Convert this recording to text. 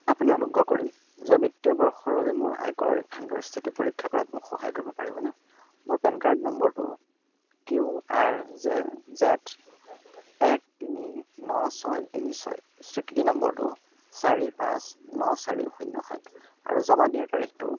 আপুনি অনুগ্ৰহ কৰি যোৱা বিত্তীয় বৰ্ষৰ বাবে মোৰ আয়কৰ ৰিফাণ্ডৰ স্থিতি পৰীক্ষা কৰাত মোক সহায় কৰিব পাৰিবনে মোৰ পেন কাৰ্ড নম্বৰটো কিউ আৰ জে জেদ এক তিনি ন ছয় তিনি ছয় স্বীকৃতি নম্বৰটো চাৰি পাঁচ ন চাৰি শূন্য সাত আৰু জমা দিয়াৰ তাৰিখটো